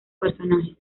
personajes